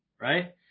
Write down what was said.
right